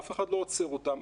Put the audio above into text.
אף אחד לא עוצר אותם,